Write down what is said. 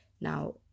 Now